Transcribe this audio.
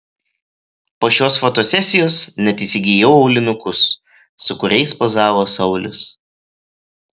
po šios fotosesijos net įsigijau aulinukus su kuriais pozavo saulius